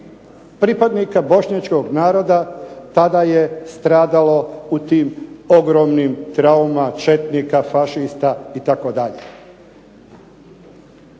pripadnika bošnjačkog naroda tada je stradalo u tim ogromnim trauma četnika, fašista itd.